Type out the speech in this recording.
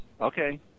Okay